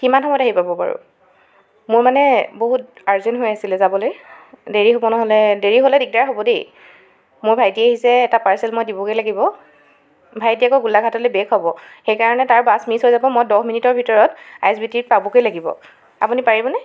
কিমান সময়ত আহি পাব বাৰু মোৰ মানে বহুত আৰ্জেণ্ট হৈ আছিলে যাবলৈ দেৰি হ'ব নহ'লে দেৰি হ'লে দিগদাৰ হ'ব দেই মোৰ ভাইটি আহিছে এটা পাৰ্চেল মই দিবগৈ লাগিব ভাইটি আকৌ গোলাঘাটলৈ বেক হ'ব সেইকাৰণে তাৰ বাছ মিছ হৈ যাব মই দহ মিনিটৰ ভিতৰত আই এছ বি টি পাবগৈ লাগিব আপুনি পাৰিবনে